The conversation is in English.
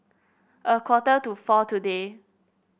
a quarter to four today